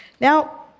Now